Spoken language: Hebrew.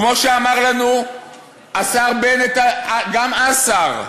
כמו שאמר לנו השר בנט, גם אז שר,